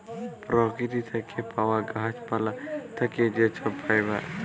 পরকিতি থ্যাকে পাউয়া গাহাচ পালা থ্যাকে যে ছব ফাইবার